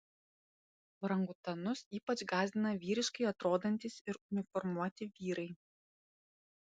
orangutanus ypač gąsdina vyriškai atrodantys ir uniformuoti vyrai